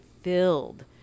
filled